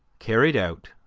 carried out,